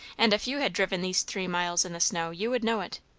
and if you had driven these three miles in the snow, you would know it.